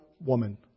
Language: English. woman